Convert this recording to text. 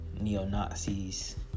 neo-Nazis